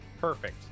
Perfect